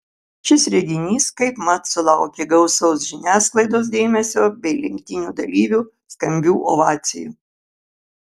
šis reginys kaipmat sulaukė gausaus žiniasklaidos dėmesio bei lenktynių dalyvių skambių ovacijų